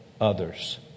others